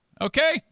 Okay